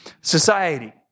society